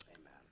Amen